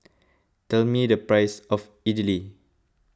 tell me the price of Idili